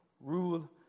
rule